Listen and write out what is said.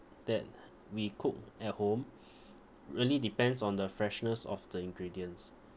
that we cook at home really depends on the freshness of the ingredients